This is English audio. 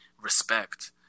respect